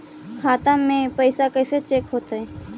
खाता में पैसा कैसे चेक हो तै?